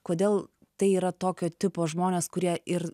kodėl tai yra tokio tipo žmonės kurie ir